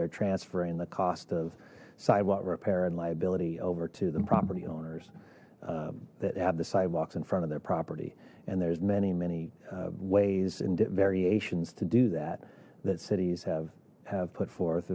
they're transferring the cost of sidewalk repair and liability over to the property owners that have the sidewalks in front of their property and there's many many ways and variations to do that that cities have have put forth